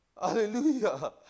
Hallelujah